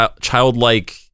childlike